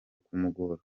kumugora